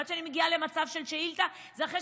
עד שאני מגיעה למצב של שאילתה זה אחרי